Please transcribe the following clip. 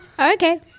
Okay